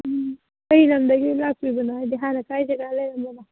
ꯀꯔꯤ ꯂꯝꯗꯒꯤ ꯂꯥꯛꯄꯤꯕꯅꯣ ꯍꯥꯏꯗꯤ ꯍꯥꯟꯅ ꯀꯥꯏ ꯖꯒꯥꯗ ꯂꯩꯔꯝꯕꯅꯣ